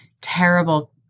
terrible